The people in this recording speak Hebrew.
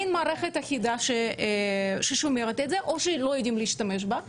אין מערכת אחידה ששומרת את זה או שלא יודעים להשתמש בה,